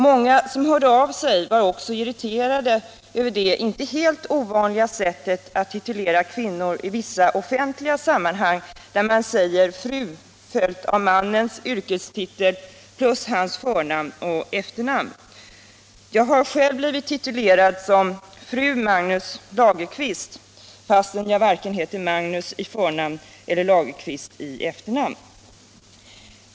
Många som hörde av sig var också irriterade över det inte helt ovanliga sättet att titulera kvinnor i vissa offentliga sammanhang, där man säger fru följt av mannens yrkestitel plus hans förnamn och efternamn. Jag har själv blivit titulerad som fru Magnus Lagerkvist fastän jag varken heter Magnus i förnamn eller Lagerkvist i efternamn.